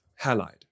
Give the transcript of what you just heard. Halide